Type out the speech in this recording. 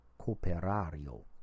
Cooperario